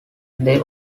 they